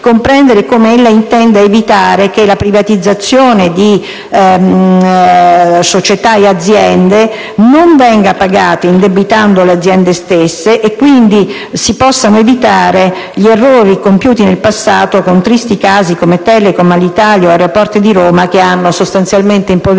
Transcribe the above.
comprendere come ella intenda evitare che la privatizzazione di società e aziende venga pagata indebitando le aziende stesse e, quindi, come si possano evitare gli errori compiuti nel passato con tristi casi come Telecom, Alitalia o Aeroporti di Roma, che hanno sostanzialmente impoverito